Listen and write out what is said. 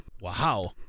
Wow